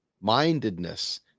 mindedness